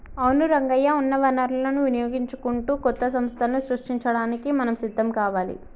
అవును రంగయ్య ఉన్న వనరులను వినియోగించుకుంటూ కొత్త సంస్థలను సృష్టించడానికి మనం సిద్ధం కావాలి